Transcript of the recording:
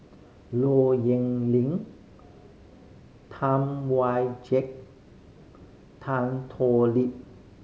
Low Yen Ling Tam Wai Jia Tan Thoon Lip